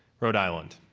rhode island.